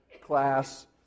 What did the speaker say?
class